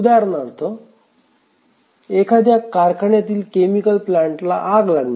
उदाहरणार्थ एखाद्या कारखान्यातील केमिकल प्लांटला आग लागणे